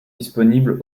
disponibles